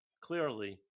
clearly